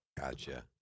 gotcha